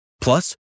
Plus